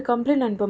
உன்னாலே:unnalae Grab